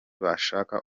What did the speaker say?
bashaka